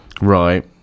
Right